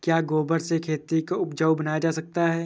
क्या गोबर से खेती को उपजाउ बनाया जा सकता है?